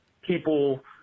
people